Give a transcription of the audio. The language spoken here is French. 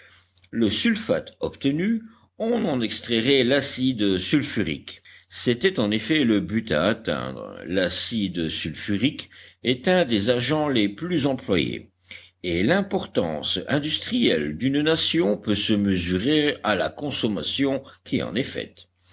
le sulfate obtenu on en extrairait l'acide sulfurique c'était en effet le but à atteindre l'acide sulfurique est un des agents les plus employés et l'importance industrielle d'une nation peut se mesurer à la consommation qui en est faite